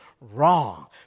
wrong